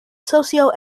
socio